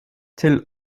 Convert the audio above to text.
till